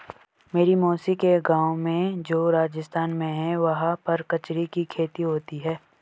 मेरी मौसी के गाँव में जो राजस्थान में है वहाँ पर कचरी की खेती होती है